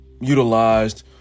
utilized